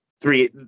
three